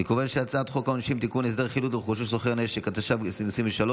אני קובע שהצעת חוק העונשין, לחצתי וזה לא עבד.